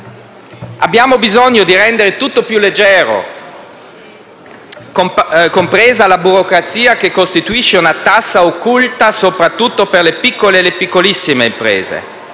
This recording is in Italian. Abbiamo bisogno di rendere tutto più leggero, compresa la burocrazia che costituisce una tassa occulta soprattutto per le piccole e le piccolissime imprese.